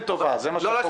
יישמנו את החוק.